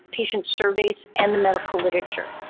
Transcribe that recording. patient surveys, and the medical literature.